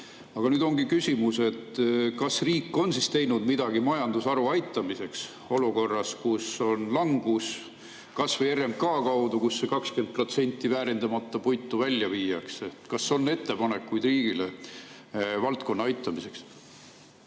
Nüüd ongi küsimus, kas riik on teinud midagi majandusharu aitamiseks olukorras, kus on langus, kas või RMK kaudu, kelle [metsast] see 20% väärindamata puitu välja viiakse. Kas on ettepanekuid riigile valdkonna aitamiseks?